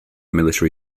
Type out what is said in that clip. military